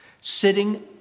sitting